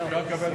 נא לפתוח את